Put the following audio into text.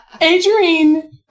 Adrian